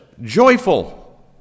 joyful